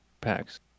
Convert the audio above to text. packs